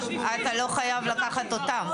אתה לא חייב לקחת אותם.